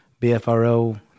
BFRO